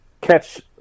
catch